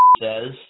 says